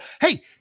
Hey